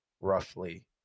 roughly